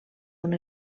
una